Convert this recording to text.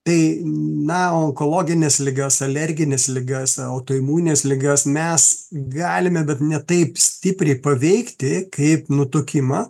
tai na onkologines ligas alergines ligas autoimunines ligas mes galime bet ne taip stipriai paveikti kaip nutukimą